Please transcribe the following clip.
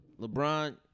LeBron